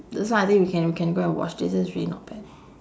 this one I think you can you can go and watch this is really not bad